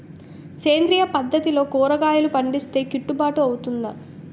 సేంద్రీయ పద్దతిలో కూరగాయలు పండిస్తే కిట్టుబాటు అవుతుందా?